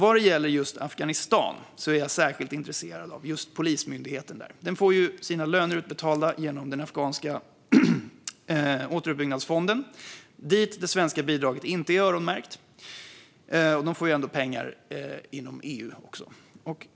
Vad gäller just Afghanistan är jag särskilt intresserad av polismyndigheten där. Den får lönerna utbetalda genom den afghanska återuppbyggnadsfonden dit det svenska bidraget inte är öronmärkt. De får ändå pengar via EU också.